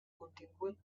contingut